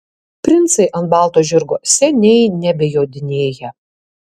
princai ant balto žirgo seniai nebejodinėja